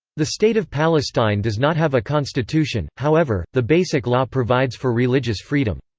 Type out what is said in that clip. the state of palestine does not have a constitution however, the basic law provides for religious freedom.